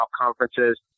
conferences